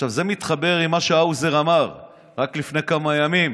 זה מתחבר עם מה שהאוזר אמר רק לפני כמה ימים: